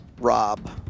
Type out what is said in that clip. Rob